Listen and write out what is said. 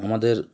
আমাদের